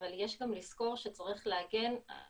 אבל יש גם לזכור שצריך להגן על